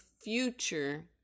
future